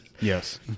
Yes